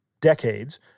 decades